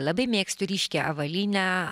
labai mėgstu ryškią avalynę